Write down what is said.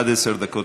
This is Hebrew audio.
עד עשר דקות